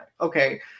okay